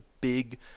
big